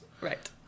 Right